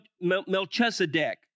Melchizedek